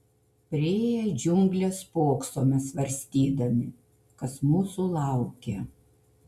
priėję džiungles spoksome svarstydami kas mūsų laukia